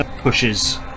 pushes